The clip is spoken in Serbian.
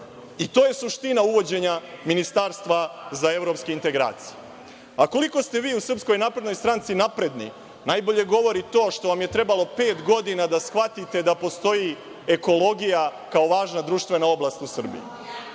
I to je suština uvođenja ministarstva za evropske integracije. Koliko ste vi u Srpskoj naprednoj stranci napredni, najbolje govori to što vam je trebalo pet godina da shvatite da postoji ekologija kao važna društvena oblast u Srbiji.